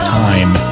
time